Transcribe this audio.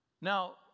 Now